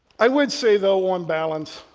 i would say though on balance,